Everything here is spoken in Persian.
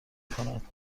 کند